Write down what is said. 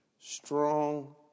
strong